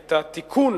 את התיקון